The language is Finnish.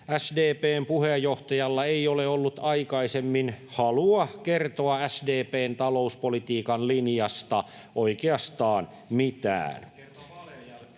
SDP:n puheenjohtajalla, ei ole ollut aikaisemmin halua kertoa SDP:n talouspolitiikan linjasta oikeastaan mitään.